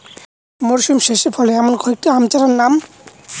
মরশুম শেষে ফলে এমন কয়েক টি আম চারার নাম?